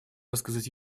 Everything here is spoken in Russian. рассказать